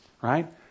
right